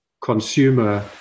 consumer